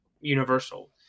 universal